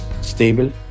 stable